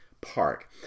park